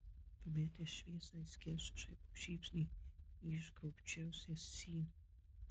pametęs šviesą įskelsiu žaibo žybsnį į išgaubčiausią sieną